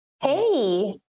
hey